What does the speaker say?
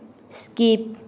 skip